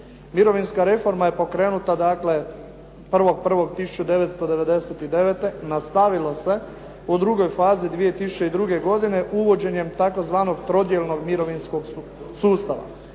Mirovinska reforma je pokrenuta dakle 1.1.1999., nastavilo se u drugoj fazi 2002. godine uvođenjem tzv. trodijelnog mirovinskog sustava.